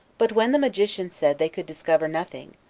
but when the magicians said they could discover nothing,